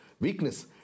weakness